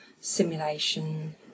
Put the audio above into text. simulation